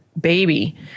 baby